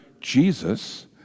Jesus